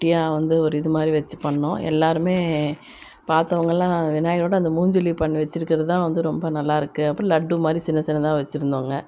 குட்டியாக வந்து ஒரு இது மாதிரி வெச்சு பண்ணோம் எல்லோருமே பாத்தவங்கள்லாம் விநாயகரோட அந்த மூஞ்செலி பண்ணி வெச்சுருக்கறதுதான் வந்து ரொம்ப நல்லாயிருக்கு அப்படி லட்டு மாதிரி சின்ன சின்னதாக வெச்சுருந்தோங்க